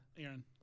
Aaron